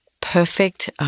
perfect